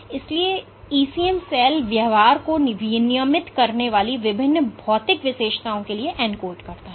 और ECM cell व्यवहार को विनियमित करने वाली विभिन्न भौतिक विशेषताओं के लिए एन्कोड करता है